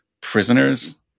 prisoners